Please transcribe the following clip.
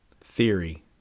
theory